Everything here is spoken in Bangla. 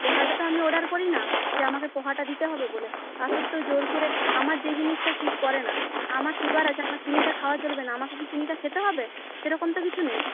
পোহাটা তো আমি অর্ডার করিনা যে আমাকে পোহাটা দিতে হবে বলে তা সত্ত্বেও জোড় করে আমার যেই জিনিসটা স্যুট করে না আমার সুগার আছে আমার চিনিটা খাওয়া চলবে না আমাকে কি চিনিটা খেতে হবে এরকম তো কিছু নেই